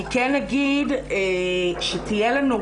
אני כן אגיד שתהיה לנו,